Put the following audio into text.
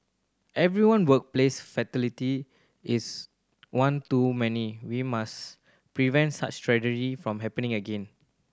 everyone workplace fatality is one too many we must prevent such tragedy from happening again